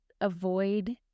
avoid